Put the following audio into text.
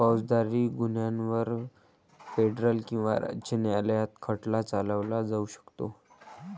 फौजदारी गुन्ह्यांवर फेडरल किंवा राज्य न्यायालयात खटला चालवला जाऊ शकतो